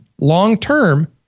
long-term